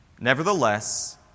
Nevertheless